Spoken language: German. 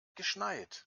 geschneit